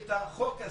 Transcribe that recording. את החוק הזה,